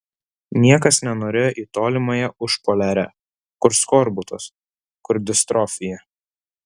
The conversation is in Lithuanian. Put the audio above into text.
niekas nenorėjo į tolimąją užpoliarę kur skorbutas kur distrofija